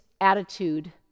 attitude